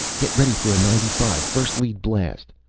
get ready for a ninety five first lead blast.